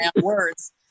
words